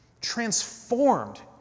transformed